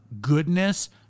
goodness